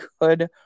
good